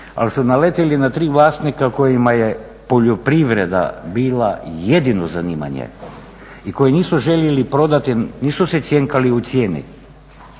ali su naletili na tri vlasnika kojima je poljoprivreda bila jedino zanimanje i koji nisu željeli prodati, nisu se cjenkali u cijeni